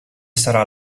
sarà